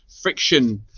friction